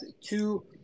two